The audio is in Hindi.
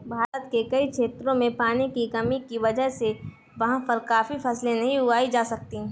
भारत के कई क्षेत्रों में पानी की कमी की वजह से वहाँ पर काफी फसलें नहीं उगाई जा सकती